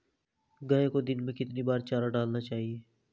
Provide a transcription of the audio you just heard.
गाय को दिन में कितनी बार चारा डालना चाहिए?